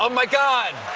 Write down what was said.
um my god!